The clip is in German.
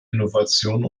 innovation